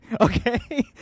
okay